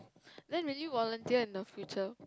then will you volunteer in the future